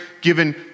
given